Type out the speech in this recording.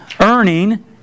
earning